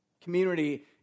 community